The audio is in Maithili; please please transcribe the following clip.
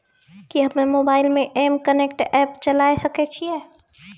कि हम्मे मोबाइल मे एम कनेक्ट एप्प चलाबय सकै छियै?